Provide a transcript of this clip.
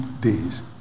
days